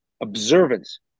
observance